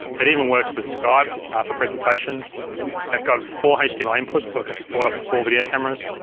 it even works with skype for presentations and it's got four hdmi inputs, so it can support up to four video cameras,